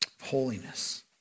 holiness